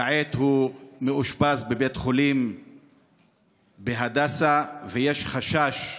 כעת הוא מאושפז בבית חולים, בהדסה, ויש חשש,